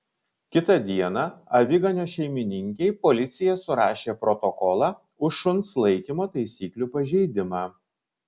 kitą dieną aviganio šeimininkei policija surašė protokolą už šuns laikymo taisyklių pažeidimą